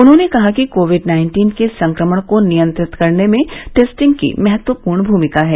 उन्होंने कहा कि कोविड नाइन्टीइन के संक्रमण को नियंत्रित करने में टेस्टिंग की महत्वपर्ण भमिका है